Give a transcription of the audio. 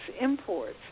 imports